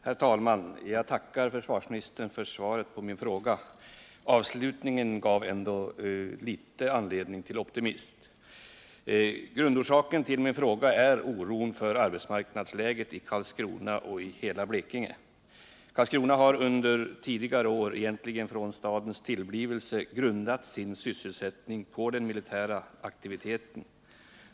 Herr talman! Jag tackar försvarsministern för svaret på min fråga. Avslutningen gav en liten anledning till optimism. Grundorsaken till min fråga är oron för arbetsmarknadsläget i Karlskrona och i hela Blekinge. Karlskrona har under tidigare år, egentligen från stadens tillblivelse, grundat sin sysselsättning på den militära aktiviteten.